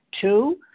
Two